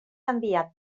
enviat